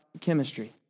chemistry